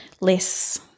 less